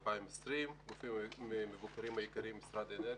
2020. הגופים המבוקרים העיקריים הם משרד האנרגיה,